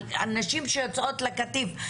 על נשים שיוצאות לקטיף,